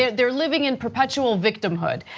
they are living in perpetual victimhood.